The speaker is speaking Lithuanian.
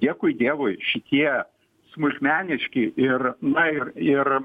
dėkui dievui šitie smulkmeniški ir na ir ir